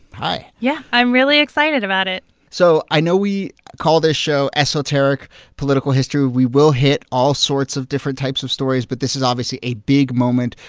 hi yeah, i'm really excited about it so i know we call this show esoteric political history. we will hit all sorts of different types of stories, but this is obviously a big moment,